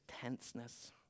tenseness